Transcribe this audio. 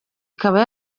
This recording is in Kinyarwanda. ikaba